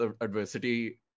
adversity